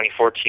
2014